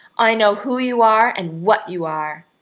i know who you are and what you are!